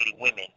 women